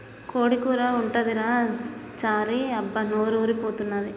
కోడి కూర ఉంటదిరా చారీ అబ్బా నోరూరి పోతన్నాది